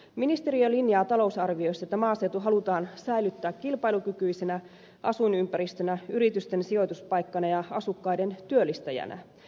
ministeriö linjaa talousarviossa että maaseutu halutaan säilyttää kilpailukykyisenä asuinympäristönä yritysten sijoituspaikkana ja asukkaiden työllistäjänä